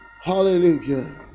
Hallelujah